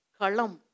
kalam